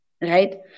Right